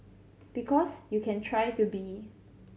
because you can try to be